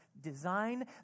design